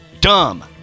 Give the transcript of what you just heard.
dumb